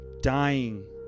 dying